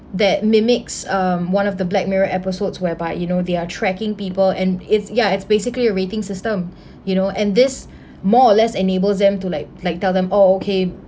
that mimics um one of the black mirror episodes whereby you know they're tracking people and it's yeah it's basically a rating system you know and this more or less enables them to like like tell them oh okay